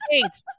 Thanks